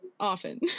Often